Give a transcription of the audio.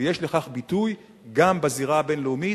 ויש לכך ביטוי גם בזירה הבין-לאומית,